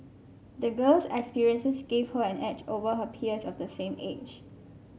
the girl's experiences gave her an edge over her peers of the same age